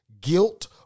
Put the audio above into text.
guilt